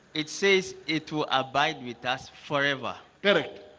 it says it will abide with us forever correct,